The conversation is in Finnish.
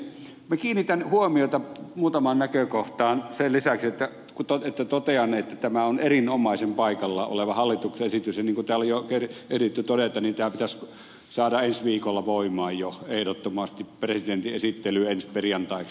minä kiinnitän huomiota muutamaan näkökohtaan sen lisäksi että totean että tämä on erinomaisen paikallaan oleva hallituksen esitys ja niin kun täällä jo on ehditty todeta tämä pitäisi saada ensi viikolla voimaan jo ehdottomasti presidentin esittelyyn ensi perjantaiksi